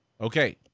Okay